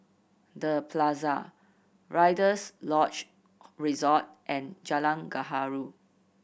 The Plaza Rider's Lodge Resort and Jalan Gaharu